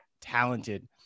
talented